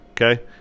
Okay